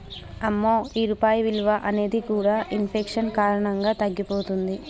అమ్మో ఈ రూపాయి విలువ అనేది కూడా ఇన్ఫెక్షన్ కారణంగా తగ్గిపోతుంది